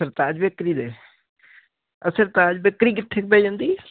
ਸਰਤਾਜ ਬੇਰੀ ਦੇ ਆਹ ਸਰਤਾਰ ਬੇਕਰੀ ਕਿੱਤੇ ਪੈ ਜਾਂਦੀ